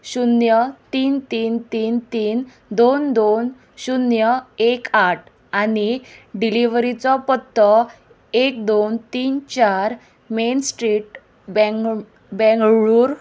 शुन्य तीन तीन तीन तीन दोन दोन शुन्य एक आठ आनी डिलिव्हरीचो पत्तो एक दोन तीन चार मेन स्ट्रीट बँग बेंगळूर